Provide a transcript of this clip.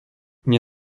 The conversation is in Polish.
nie